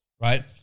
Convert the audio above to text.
right